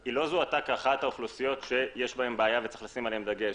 היא לא זוהתה כאחת האוכלוסיות שיש להן בעיה וצריך לשים עליהם דגש.